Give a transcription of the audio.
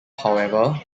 however